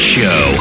Show